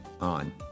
on